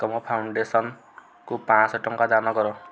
ଏକମ୍ ଫାଉଣ୍ଡେସନକୁ ପାଞ୍ଚଶହ ଟଙ୍କା ଦାନ କର